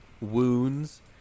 wounds